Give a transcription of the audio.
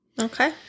Okay